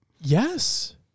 Yes